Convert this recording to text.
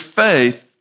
faith